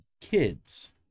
kids